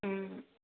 ம்